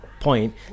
point